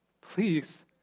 Please